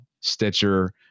Stitcher